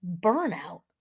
burnout